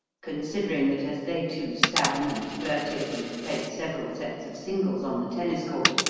considering that as they two sang and flirted and played several sets of singles on the tennis court,